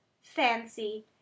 Fancy